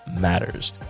matters